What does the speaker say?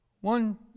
One